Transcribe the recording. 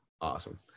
awesome